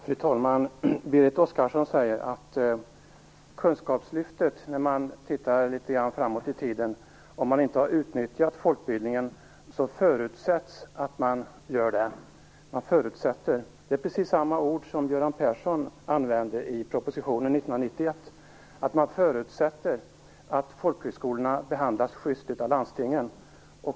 Fru talman! Berit Oscarsson säger att om man inte har folkbildning förutsätts det att man utnyttjar kunskapslyftet när man tittar litet grand framåt i tiden. Man förutsätter; det är precis samma ord som Göran Persson använde i propositionen 1991. Man förutsätter att folkhögskolorna behandlas schyst av landstingen.